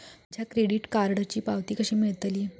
माझ्या क्रेडीट कार्डची पावती कशी मिळतली?